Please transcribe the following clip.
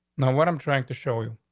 now what i'm trying to show you,